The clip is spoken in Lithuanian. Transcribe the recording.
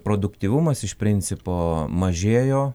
produktyvumas iš principo mažėjo